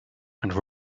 and